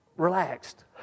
relaxed